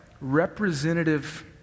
representative